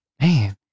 man